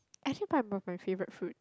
I think pineapple my favourite food